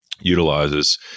utilizes